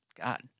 god